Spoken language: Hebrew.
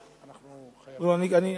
נא לסיים.